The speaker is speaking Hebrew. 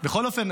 בכל אופן,